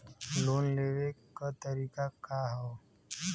Loan के लेवे क तरीका का ह?